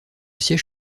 siège